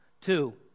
Two